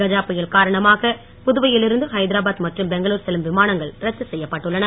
கஜா புயல் காரணமாக புதுவையில் இருந்து ஹைதராபாத் மற்றும் பெங்களுர் செல்லும் விமானங்கள் ரத்து செய்யப்பட்டுள்ளன